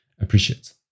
appreciates